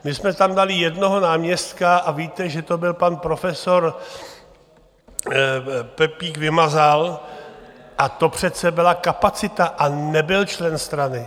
My jsme tam dali jednoho náměstka a víte, že to byl pan profesor Pepík Vymazal, a to přece byla kapacita a nebyl člen strany.